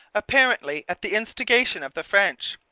apparently at the instigation of the french.